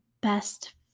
best